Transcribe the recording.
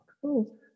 Cool